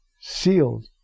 sealed